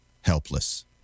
helpless